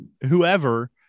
whoever